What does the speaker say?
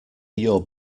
your